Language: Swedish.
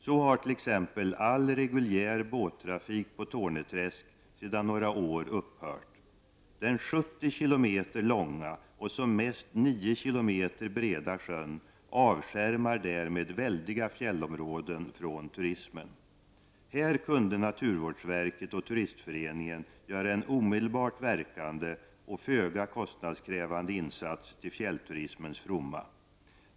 Så har t.ex. all reguljär båttrafik på Torne träsk sedan några år upphört. Den 70 km långa och som mest 9 km breda sjön avskärmar därmed väldiga fjällområden från turismen. Här kunde naturvårdsverket och turistföreningen göra en omedelbart verkande och föga kostnadskrävande insats till fjällturismens fromma.